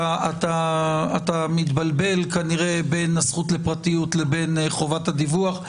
אתה מתבלבל כנראה בין הזכות לפרטיות לבין חובת הדיווח.